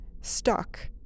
stuck